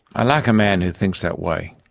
i like a man who thinks that way.